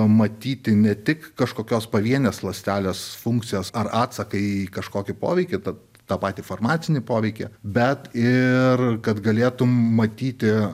matyti ne tik kažkokios pavienės ląstelės funkcijas ar atsaką į kažkokį poveikį tad tą patį farmacinį poveikį bet ir kad galėtum matyti